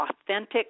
authentic